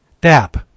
dap